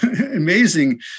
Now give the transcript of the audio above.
amazing